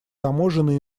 таможенные